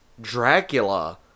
Dracula